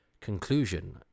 conclusion